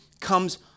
comes